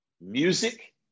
music